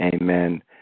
Amen